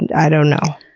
and i don't know.